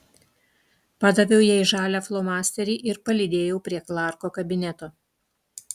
padaviau jai žalią flomasterį ir palydėjau prie klarko kabineto